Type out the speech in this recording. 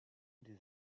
des